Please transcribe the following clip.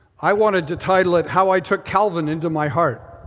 i wanted to title it how i took calvin into my heart.